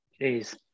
Jeez